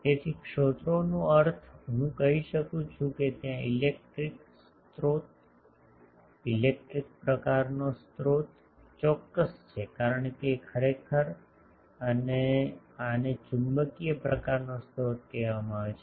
તેથી સ્રોતોનો અર્થ હું કહી શકું છું કે ત્યાં ઇલેક્ટ્રિક સ્રોત ઇલેક્ટ્રિક પ્રકારનો સ્ત્રોત ચોક્કસ છે કારણ કે ખરેખર અને આને ચુંબકીય પ્રકારનો સ્રોત કહેવામાં આવે છે